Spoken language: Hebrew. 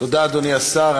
תודה, אדוני השר.